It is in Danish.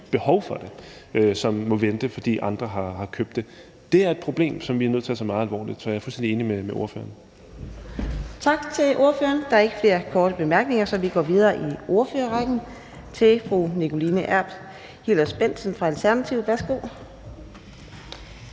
behov for det – og som må vente, fordi andre har købt det. Det er et problem, som vi er nødt til at tage meget alvorligt. Så jeg er fuldstændig enig med ordføreren. Kl. 11:30 Fjerde næstformand (Karina Adsbøl): Tak til ordføreren. Der er ikke flere korte bemærkninger, så vi går videre i ordførerrækken til fru Nikoline Erbs Hillers-Bendtsen fra Alternativet. Værsgo.